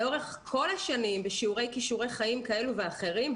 לאורך כל השנים בשיעורי כישורי חיים כאלה ואחרים,